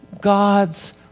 God's